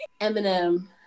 eminem